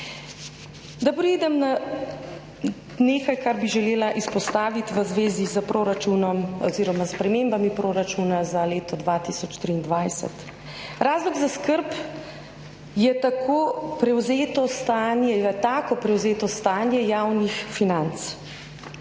Naj preidem na nekaj, kar bi želela izpostaviti v zvezi s proračunom oziroma spremembami proračuna za leto 2023. Razlog za skrb je tako prevzeto stanje javnih financ.